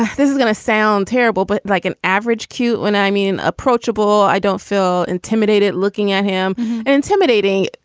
this is gonna sound terrible, but like an average cute when i mean, approachable. i don't feel intimidated looking at him and intimidating.